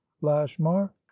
Lashmar